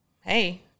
hey